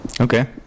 Okay